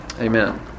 Amen